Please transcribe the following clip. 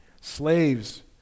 Slaves